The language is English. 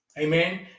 Amen